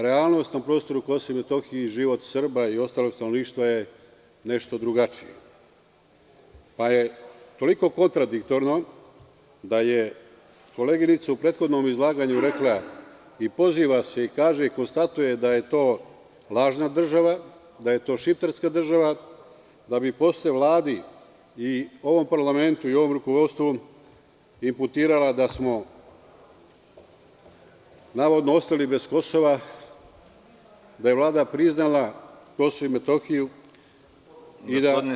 Realnost na prostoru Kosova i Metohije i život Srba i ostalog stanovništva je nešto drugačiji, pa je toliko kontradiktorno da je koleginica u prethodnom izlaganju rekla –i poziva se i konstatuje da je to lažna država, da je to šiptarska država, da bi posle Vladi i ovom parlamentu i ovom rukovodstvu imputirala da smo navodno ostali bez Kosova, da je Vlada priznala Kosovo i Metohiju i da bukvalno…